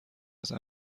است